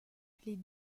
les